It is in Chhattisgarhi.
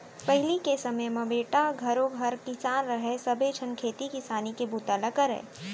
पहिली के समे म बेटा घरों घर किसान रहय सबे झन खेती किसानी के बूता ल करयँ